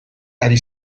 ari